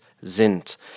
sind